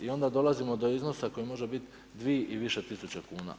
I onda dolazimo do iznosa koji može biti 2 i više tisuća kuna.